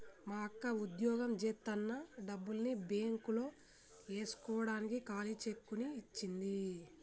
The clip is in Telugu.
మా అక్క వుద్యోగం జేత్తన్న డబ్బుల్ని బ్యేంకులో యేస్కోడానికి ఖాళీ చెక్కుని ఇచ్చింది